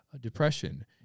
depression